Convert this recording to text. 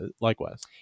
Likewise